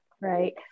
right